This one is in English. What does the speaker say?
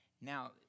Now